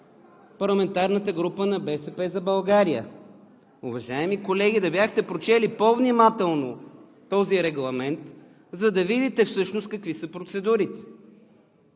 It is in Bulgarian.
парламентарната група на „БСП за България“. Уважаеми колеги, да бяхте прочели по-внимателно този регламент, за да видите всъщност какви са процедурите!